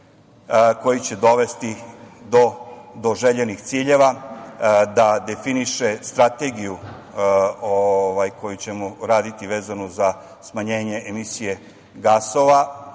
koji će dovesti do željenih ciljeva, da definiše strategiju koju ćemo raditi vezano za smanjenje emisije gasova